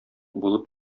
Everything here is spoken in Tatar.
булып